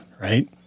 Right